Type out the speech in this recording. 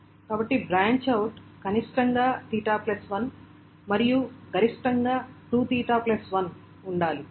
కాబట్టి branch out కనిష్టంగా 𝚹1 మరియు గరిష్టంగా 2𝚹1 ఉండాలి